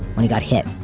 when he got hit,